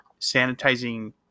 sanitizing